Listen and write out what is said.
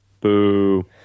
Boo